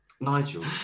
Nigel